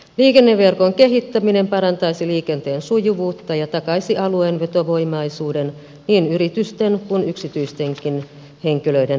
liikenneverkon kehittäminen parantaisi liikenteen sujuvuutta ja takaisi alueen vetovoimaisuuden niin yritysten kuin yksityistenkin henkilöiden näkökulmasta